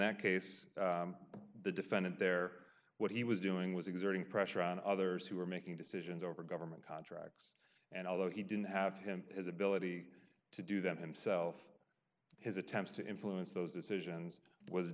that case the defendant there what he was doing was exerting pressure on others who were making decisions over government contracts and although he didn't have him his ability to do them himself his attempts to influence those decisions was